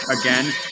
again